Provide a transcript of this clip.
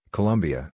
Colombia